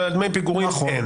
אבל על דמי פיגורים אין.